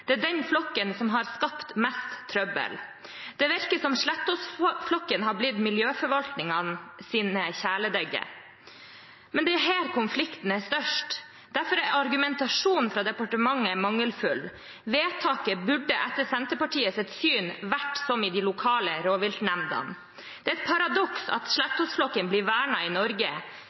Det er den flokken som har skapt mest trøbbel. Det virker som om Slettås-flokken har blitt miljøforvaltningens kjæledegger. Men det er her konflikten er størst. Derfor er argumentasjonen fra departementet mangelfull. Vedtaket burde etter Senterpartiets syn vært som i de lokale rovviltnemndene. Det er et paradoks at Slettås-flokken blir vernet i Norge.